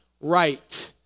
right